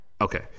Okay